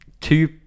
two